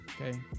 Okay